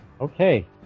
Okay